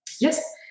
Yes